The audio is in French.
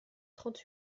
trente